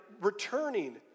returning